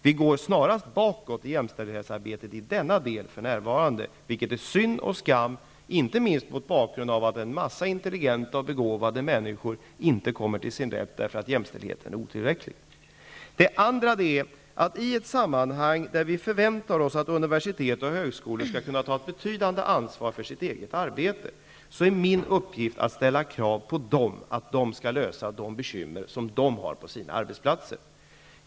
Vi går snarare bakåt än framåt i jämställdhetsarbetet i denna del för närvarande. Det är synd och skam, inte minst mot bakgrund av att en mängd intelligenta och begåvade människor inte kommer till sin rätt därför att jämställdheten är otillräcklig. Det andra är, att i ett sammanhang där vi förväntar oss att universitet och högskolor skall kunna ta ett betydande ansvar för sitt eget arbete, är min uppgift att ställa krav på dem att de skall lösa de bekymmer som de har på sina arbetsplatser.